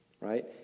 Right